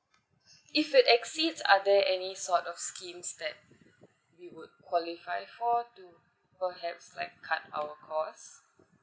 if they exceeds are there any sort of schemes that we would qualify for or perhaps like cut our cost